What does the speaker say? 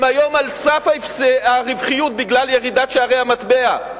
הם היום על סף הרווחיות בגלל ירידת שערי המטבע,